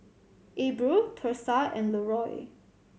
Abril Thursa and Leroy